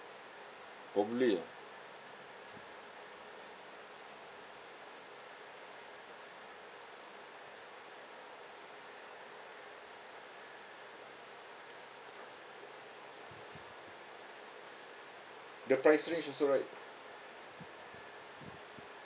probably ah the price range also right